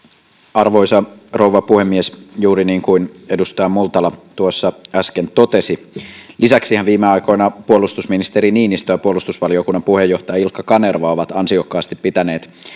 arvoisa rouva puhemies juuri niin kuin edustaja multala tuossa äsken totesi lisäksihän viime aikoina puolustusministeri niinistö ja puolustusvaliokunnan puheenjohtaja ilkka kanerva ovat ansiokkaasti pitäneet